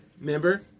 Remember